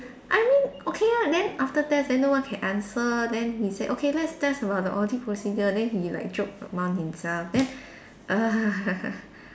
I mean okay ah then after test then no one can answer then he said okay let's test about the audit procedure then he like joke among himself then